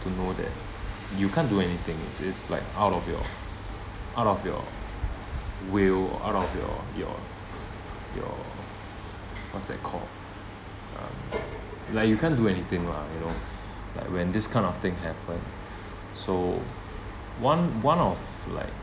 to know that you can't do anything it's it's like our of your out of your will or out of your your your what's that called uh like you can't do anything lah you know like when this kind of thing happen so one one of like